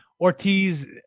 Ortiz